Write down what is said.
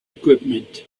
equipment